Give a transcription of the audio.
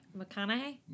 mcconaughey